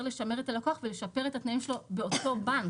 לשמר את הלקוח ולשפר את התנאים שלו באותו בנק,